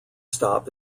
stop